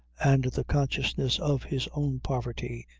and the consciousness of his own poverty,